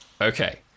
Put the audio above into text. Okay